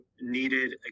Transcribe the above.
needed